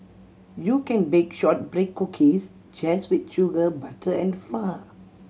you can bake shortbread cookies just with sugar butter and flour